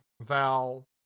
Val